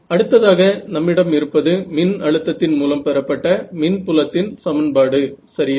அடுத்ததாக நம்மிடம் இருப்பது மின் அழுத்தத்தின் மூலம் பெறப்பட்ட மின் புலத்தின் சமன்பாடு சரியா